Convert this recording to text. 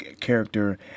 character